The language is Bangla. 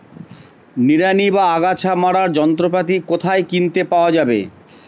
নিড়ানি বা আগাছা মারার যন্ত্রপাতি কোথায় কিনতে পাওয়া যাবে?